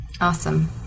awesome